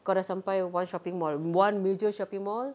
kau sudah sampai one shopping mall one major shopping mall